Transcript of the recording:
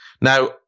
Now